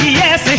yes